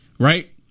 right